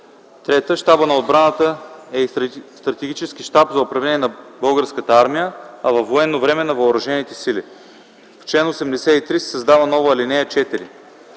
„(3) Щабът на отбраната е стратегически щаб за управление на Българската армия, а във военно време – на въоръжените сили”. 2. В чл. 83 се създава нова ал. 4: